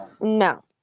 no